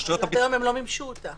אבל עד היום הם לא מימשו אותה,